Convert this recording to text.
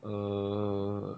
err